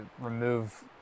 remove